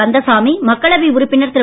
கந்தசாமி மக்களவை உறுப்பினர் திரு